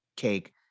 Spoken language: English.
cake